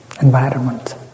environment